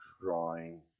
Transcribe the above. drawing